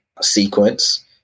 sequence